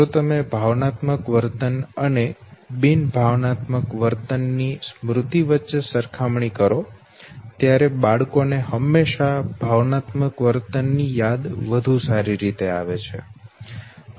જો તમે ભાવનાત્મક વર્તન અને બિન ભાવનાત્મક વર્તન ની સ્મૃતિ વચ્ચે સરખામણી કરો ત્યારે બાળકો ને હંમેશાં ભાવનાત્મક વર્તન ની યાદ વધુ સારી રીતે આવે છે